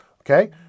Okay